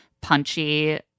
punchy